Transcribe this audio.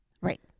right